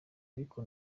ariko